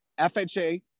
FHA